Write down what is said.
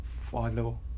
follow